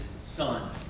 Son